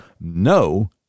no